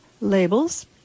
labels